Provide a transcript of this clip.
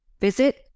Visit